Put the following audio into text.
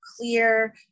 clear